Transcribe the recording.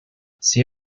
see